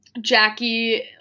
jackie